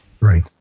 Right